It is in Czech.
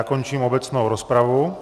Končím obecnou rozpravu.